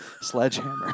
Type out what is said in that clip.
sledgehammer